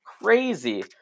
crazy